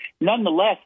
Nonetheless